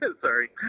sorry